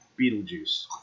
Beetlejuice